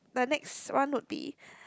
the next one would be